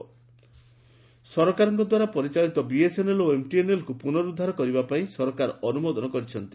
cabinet MTNL ସରକାରଙ୍କ ଦ୍ୱାରା ପରିଚାଳିତ ବିଏସ୍ଏନ୍ଏଲ୍ ଓ ଏମ୍ଟିଏନ୍ଏଲ୍କୁ ପୁନରୁଦ୍ଧାର କରିବା ପାଇଁ ସରକାର ଅନୁମୋଦନ କରିଛନ୍ତି